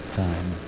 time